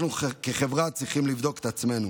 אנחנו כחברה צריכים לבדוק את עצמנו.